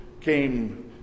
came